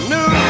New